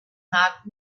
marked